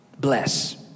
bless